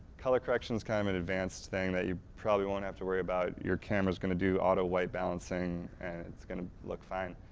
color correction is kind of an advanced thing that you probably won't have to worry about, your camera is going to do auto white balancing, and it's going to look fine,